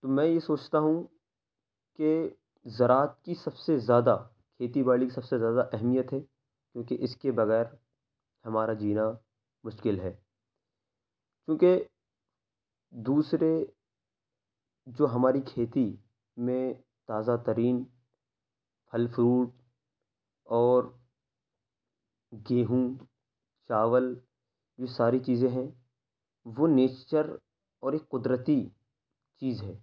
تو میں یہ سوچتا ہوں کہ زراعت کی سب سے زیادہ کھیتی باڑی سے زیادہ اہمیت ہے کیونکہ اس کے بغیر ہمارا جینا مشکل ہے کیونکہ دوسرے جو ہماری کھیتی میں تازہ ترین پھل فروٹ اور گیہوں چاول یہ ساری چیزیں ہیں وہ نیچر اور ایک قدرتی چیز ہے